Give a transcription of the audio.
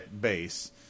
base